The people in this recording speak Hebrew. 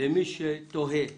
למי שתוהה ושואל,